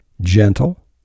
gentle